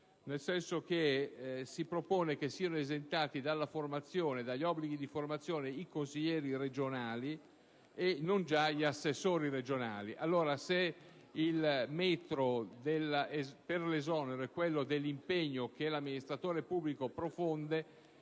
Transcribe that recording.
la norma propone che siano esentati dagli obblighi di formazione i consiglieri regionali, e non già gli assessori regionali. Se il metro per l'esonero è quello dell'impegno che l'amministratore pubblico profonde